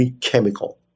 chemical